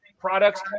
products